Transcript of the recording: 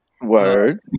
Word